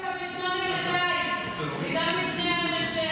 אני רוצה יוצאי אתיופיה ב-8200, וגם מבני מנשה.